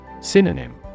Synonym